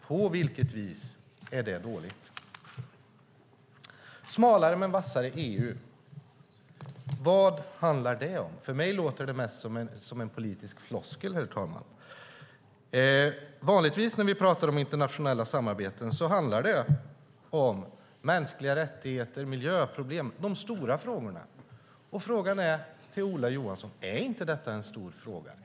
På vilket vis är det dåligt? Smalare men vassare EU - vad handlar det om? För mig låter det mest som en politisk floskel, herr talman. Vanligtvis när vi pratar om internationella samarbeten handlar det om mänskliga rättigheter, miljöproblem, de stora frågorna. Frågan är till Ola Johansson: Är inte detta en stor fråga?